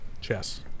Chess